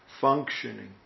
functioning